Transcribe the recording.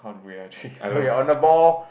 we're actually okay on the ball